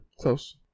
Close